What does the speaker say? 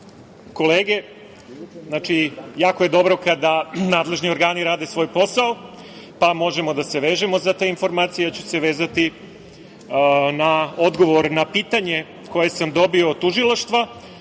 kolege, jako je dobro kada nadležni organi rade svoj posao, pa možemo da se vežemo za te informacije. Ja ću se vezati na odgovor na pitanje koje sam dobio od tužilaštva,